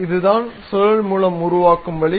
இதுதான் சுழல் மூலம் உருவாக்கும் வழி